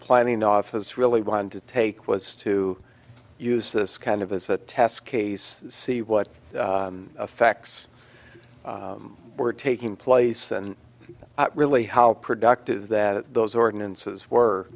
planning office really wanted to take was to use this kind of as a test case see what effects were taking place and really how productive that those ordinances were